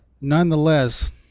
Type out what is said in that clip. nonetheless